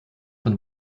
dann